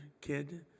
kid